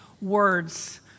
words